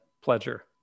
pleasure